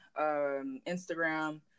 Instagram